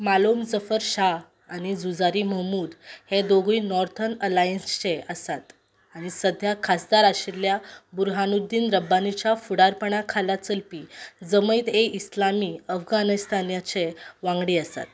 मालोम जाफर शा आनी झुजारी मुहमूद हे दोगूय नॉर्थन अलायन्सचे आसात आनी सद्द्या खासदार आशिल्ल्या बुरहानुद्दीन रब्बानीच्या फुडारपणा खाला चलपी जमैत ए इस्लामी अफगानिस्तानाचें वांगडी आसात